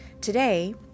Today